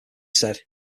said